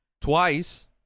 twice